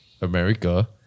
America